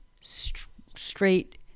straight